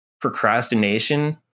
Procrastination